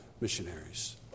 missionaries